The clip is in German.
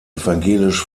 evangelisch